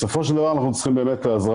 בסופו של דבר אנחנו צריכים את ההזרמה.